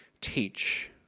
teach